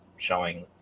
showing